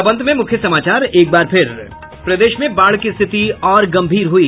और अब अंत में मुख्य समाचार प्रदेश में बाढ़ की स्थिति और गम्भीर हुई